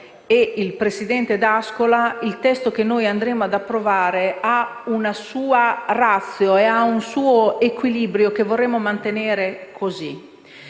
e il presidente D'Ascola se il testo che noi andremo ad approvare ha una sua *ratio* e un suo equilibrio, che noi vorremmo mantenere